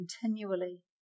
continually